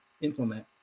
implement